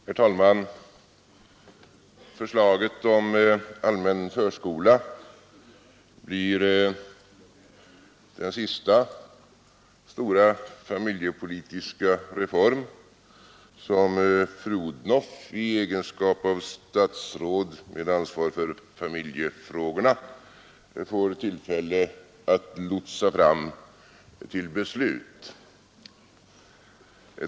Herr talman! Förslaget om allmän förskola blir den sista stora familjepolitiska reform som fru Odhnoff i egenskap av statsråd med ansvar för familjefrågorna får tillfälle att lotsa fram till ett beslut.